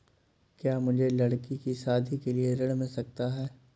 क्या मुझे लडकी की शादी के लिए ऋण मिल सकता है?